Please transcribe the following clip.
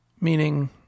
meaning